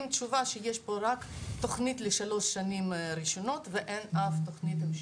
תשובה שיש פה רק תוכנית לשלוש שנים ראשונות ואין פה אף תוכנית המשך.